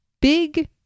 big